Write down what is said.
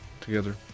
together